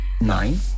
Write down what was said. Nine